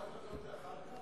אכפת לכם לעשות את זה אחר כך?